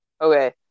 Okay